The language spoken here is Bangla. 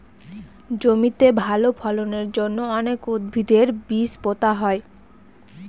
জমিতে ভালো ফলনের জন্য অনেক উদ্ভিদের বীজ পোতা হয়